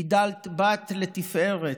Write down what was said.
גידלת בת לתפארת.